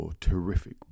terrific